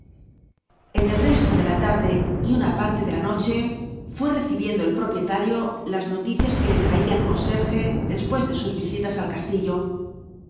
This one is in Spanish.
en el resto de la tarde y una parte de la noche fué recibiendo el propietario las noticias que le traía el conserje después de sus visitas al castillo